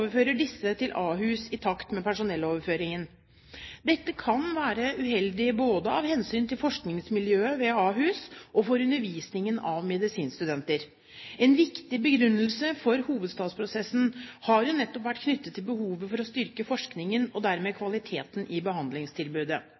disse til Ahus i takt med personelloverføringen. Dette kan være uheldig både av hensyn til forskningsmiljøet ved Ahus og for undervisningen av medisinstudenter. En viktig begrunnelse for hovedstadsprosessen har jo nettopp vært behovet for å styrke forskningen, og dermed kvaliteten i behandlingstilbudet.